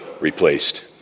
replaced